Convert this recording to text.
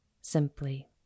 simply